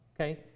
Okay